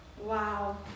Wow